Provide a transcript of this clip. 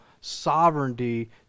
sovereignty